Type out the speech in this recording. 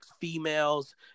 females